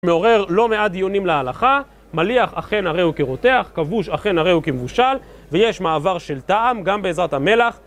מעורר לא מעט דיונים להלכה, מליח אכן הרי הוא כרותח, כבוש אכן הרי הוא כמבושל ויש מעבר של טעם גם בעזרת המלח